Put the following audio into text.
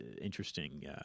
interesting